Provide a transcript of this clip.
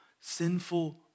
sinful